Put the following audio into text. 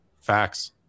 facts